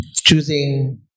choosing